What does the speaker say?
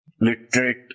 literate